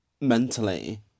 Mentally